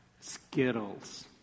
Skittles